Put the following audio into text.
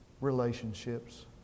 relationships